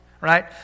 right